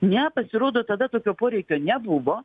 ne pasirodo tada tokio poreikio nebuvo